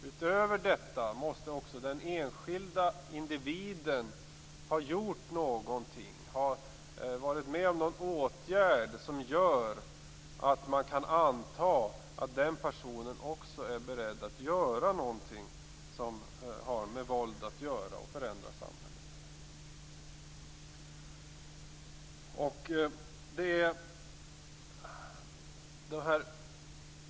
Utöver detta måste också den enskilde individen ha gjort någonting, varit med om någon åtgärd, som gör att man kan anta att personen i fråga också är beredd att göra någonting som har med våld att göra för att förändra samhället.